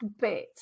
bit